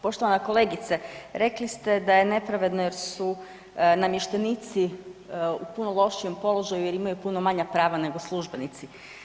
Poštovana kolegice, rekli ste da je nepravedno jer su namještenici u puno lošijem položaju jer imaju puno manja prava nego službenici.